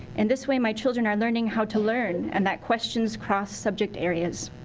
and this way my children are learning how to learn. and that questions cross subject areas.